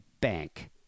bank